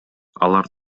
алар